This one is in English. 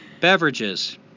Beverages